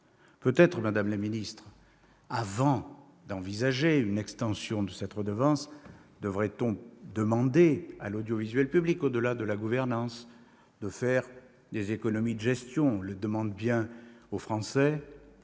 Peut-être, madame la ministre, avant d'envisager une extension de cette redevance, devrait-on demander à l'audiovisuel public, au-delà des questions de gouvernance, de faire des économies de gestion.